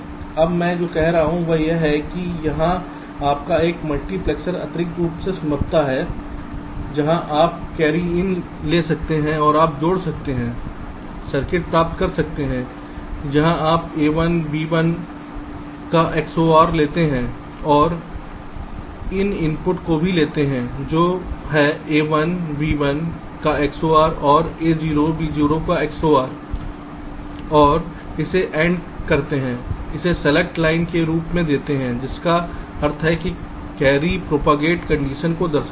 अब मैं जो कह रहा हूं वह यह है कि यहां आपका एक मल्टीप्लेक्सर अतिरिक्त रूप में संभवतः है जहां आप कैरी इन ले सकते हैं और आप जोड़ सकते हैं सर्किट प्राप्त कर सकते हैं जहां आप a1 b1 का xor लेते हैं और इस इनपुट को भी लेते हैं जो है a1 b1 का xor और a0 b0 का xor और इसे AND करते हैं और इसे सेलेक्ट लाइन के रूप में देते हैं जिसका अर्थ है कि कैरी प्रोपगेट कंडीशन को दर्शाता है